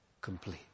complete